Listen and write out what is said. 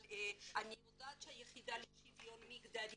אבל אני יודעת שהיחידה לשוויון המגדרי